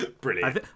brilliant